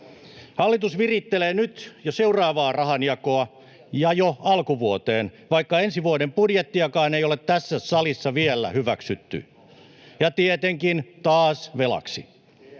Hallitus virittelee nyt jo seuraavaa rahanjakoa ja jo alkuvuoteen — vaikka ensi vuoden budjettiakaan ei ole tässä salissa vielä hyväksytty — ja tietenkin, taas velaksi.